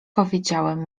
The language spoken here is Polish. powiedziałem